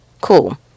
Cool